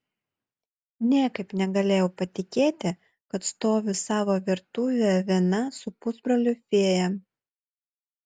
niekaip negalėjau patikėti kad stoviu savo virtuvėje viena su pusbroliu fėja